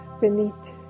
beneath